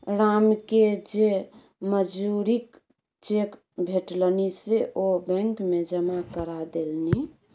रामकेँ जे मजूरीक चेक भेटलनि से ओ बैंक मे जमा करा देलनि